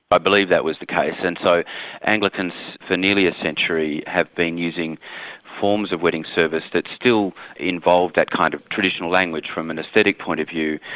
i believe that was the case. and so anglicans for nearly a century have been using forms of wedding service that still involve that kind of traditional language from an aesthetic point of view,